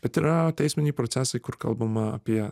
bet yra teisminiai procesai kur kalbama apie